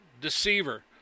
deceiver